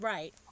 Right